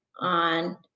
on